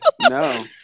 No